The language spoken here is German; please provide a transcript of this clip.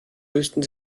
lösten